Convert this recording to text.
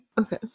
Okay